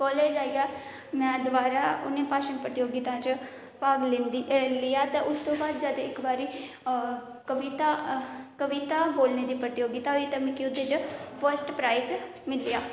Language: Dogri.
काॅलेज आइयै में दबारा उ'नें भाशन प्रतियोगिता च भाग लैंदी लेआ ते उस थमां जद इक बारी कविता कविता बोलने दी प्रतियोगिता होई ते मिगी ओह्दे च फस्ट प्राइज मिलेआ